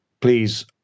please